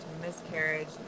miscarriage